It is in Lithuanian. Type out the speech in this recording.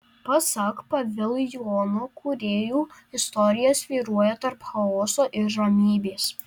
pasak paviljono kūrėjų istorija svyruoja tarp chaoso ir ramybės